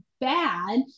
bad